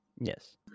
Yes